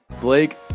Blake